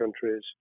countries